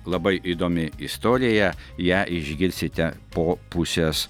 labai įdomi istorija ją išgirsite po pusės